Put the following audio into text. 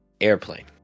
Airplane